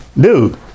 dude